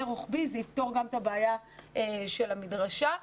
רוחבי זה יפתור גם את הבעיה של המדרשה.